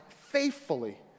faithfully